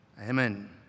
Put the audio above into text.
Amen